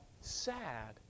sad